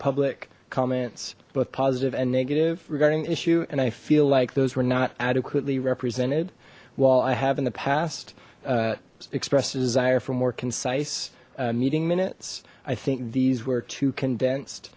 public comments both positive and negative regarding the issue and i feel like those were not adequately represented well i have in the past expressed a desire for more concise meeting minutes i think these were too condensed